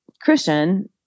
Christian